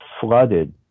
flooded